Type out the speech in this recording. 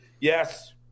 Yes